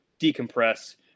decompress